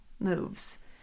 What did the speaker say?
moves